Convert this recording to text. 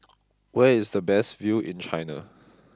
where is the best view in China